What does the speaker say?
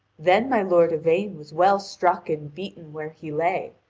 then my lord yvain was well struck and beaten where he lay,